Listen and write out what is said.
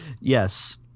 Yes